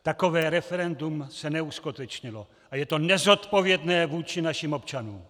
Takové referendum se neuskutečnilo a je to nezodpovědné vůči našim občanům!